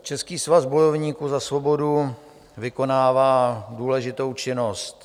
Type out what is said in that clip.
Český svaz bojovníků za svobodu vykonává důležitou činnost.